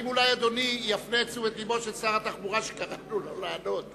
אולי אדוני יפנה את תשומת לבו של שר התחבורה שקראנו לו לעלות?